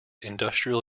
industrial